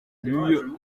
luye